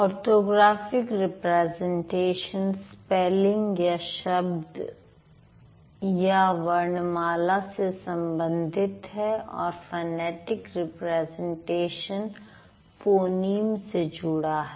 orthographic representation spelling या शब्द या वर्णमाला से संबंधित है और फनेटिक रिप्रेजेंटेशन फोनीम से जुड़ा है